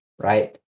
Right